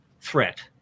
threat